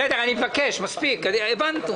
הבנו,